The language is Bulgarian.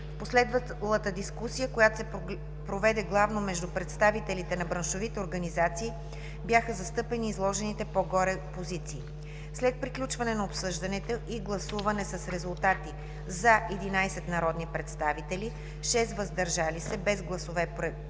последвалата дискусия, която се проведе главно между представителите на браншовите организации, бяха застъпени изложените по-горе позиции. След приключване на обсъждането и гласуване с резултати: „за” – 11 народни представители, и 6 гласа „въздържали се”, без гласове „против”,